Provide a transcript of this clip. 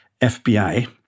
FBI